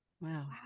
Wow